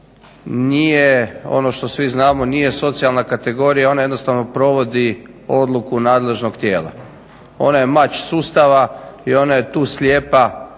nije ono što svi znamo nije socijalna kategorija, ona jednostavno provodi odluku nadležnog tijela, ona ja mač sustava i ona je tu slijepa.